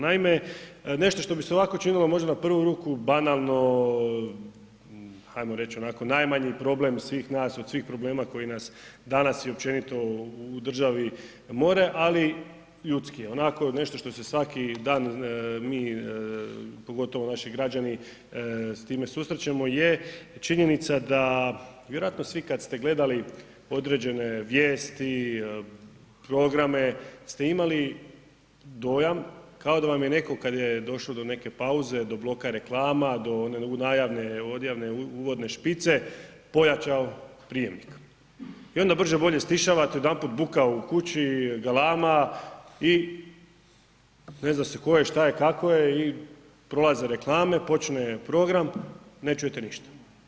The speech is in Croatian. Naime, nešto što bi se ovako učinilo možda na prvu ruku banalno, ajmo reći onako najmanji problem svih nas od svih problema koji nas danas i općenito u državi more, ali ljudski onako nešto što se svaki dan mi pogotovo naši građani s time susrećemo je činjenica da vjerojatno kada ste svi gledali određene vijesti, programe ste imali dojam kao da vam je neko kada je došlo do neke pauze do bloka reklama, do odjavne uvodne špice pojačao prijemnik i onda brže bolje stišavate odjedanput buka u kući, galama i ne zna se ko je šta je kako je i prolaze reklame, počne program ne čujete ništa.